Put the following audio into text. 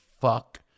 fuck